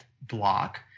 block